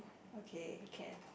okay can